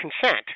consent